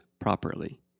properly